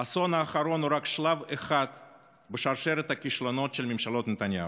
האסון האחרון הוא רק שלב אחד בשרשרת הכישלונות של ממשלות נתניהו,